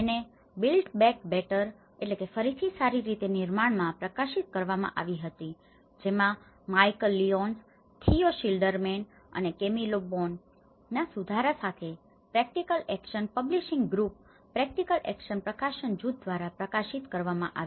જેને built back better built back better ફરીથી સારી રીતે નિર્માણ માં પ્રકાશિત કરવામાં આવી હતી જેમાં માઇકલ લિયોન્સ થિયો શિલ્ડરમેન અને Camilo Boan Michal Lyons Theo Schilderman and with Camilo Boan ના સુધારા સાથે practical action publishing group practical action publishing group practical action પ્રકાશન જૂથ દ્વારા પ્રકાશિત કરવામાં આવી